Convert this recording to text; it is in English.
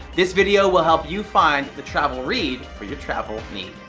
this video will help you find the travel read for your travel need.